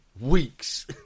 Weeks